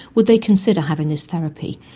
would they consider having this therapy.